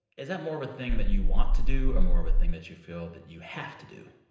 is that more of a thing that you want to do or more of a thing that you feel that you have to do?